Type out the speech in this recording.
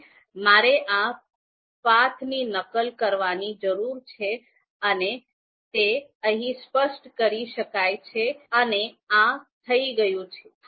તેથી મારે આ પાથની નકલ કરવાની જરૂર છે અને તે અહીં સ્પષ્ટ કરી શકાય છે અને આ થઈ ગયું છે